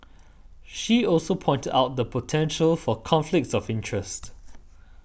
she also pointed out the potential for conflict of interest